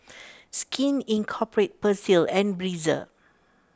Skin Inc Persil and Breezer